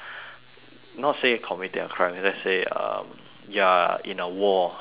not say you committed a crime let's say um you're in a war you're